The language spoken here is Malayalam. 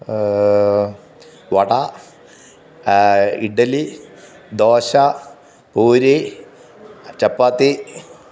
വട ഇഡലി ദോശ പൂരി ചപ്പാത്തി